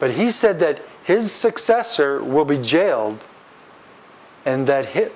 but he said that his successor will be jailed and that hit